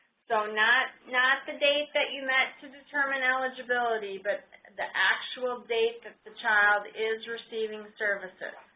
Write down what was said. so not not the date that you met to determine eligibility but the actual date that the child is receiving services.